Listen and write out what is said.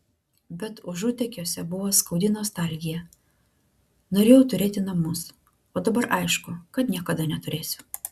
bet užutekiuose buvo skaudi nostalgija norėjau turėti namus o dabar aišku kad niekada neturėsiu